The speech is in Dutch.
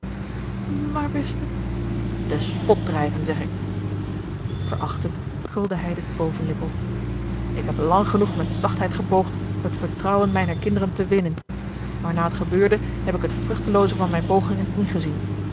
maar beste den spot drijven zeg ik verachtend krulde hij de bovenlip op ik heb lang genoeg met zachtheid gepoogd het vertrouwen mijner kinderen te winnen maar na het gebeurde heb ik het vruchtelooze van mijne pogingen ingezien